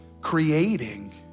creating